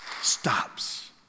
stops